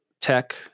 tech